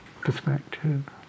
perspective